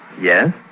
Yes